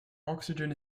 oxygen